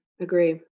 agree